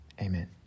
amen